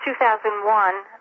2001